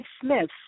Smith